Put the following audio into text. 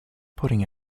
putting